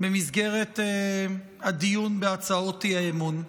במסגרת הדיון בהצעות האי-אמון.